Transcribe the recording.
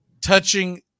touching